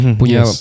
punya